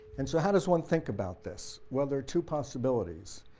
and so how does one think about this? well there are two possibilities.